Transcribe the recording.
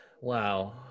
wow